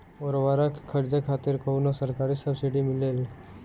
उर्वरक खरीदे खातिर कउनो सरकारी सब्सीडी मिलेल?